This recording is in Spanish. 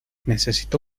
necesito